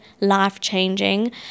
life-changing